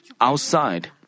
outside